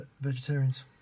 vegetarians